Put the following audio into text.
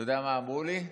אתה יודע מה אמרו לי?